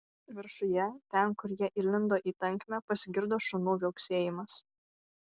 viršuje ten kur jie įlindo į tankmę pasigirdo šunų viauksėjimas